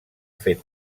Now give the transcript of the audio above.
fet